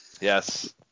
Yes